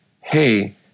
hey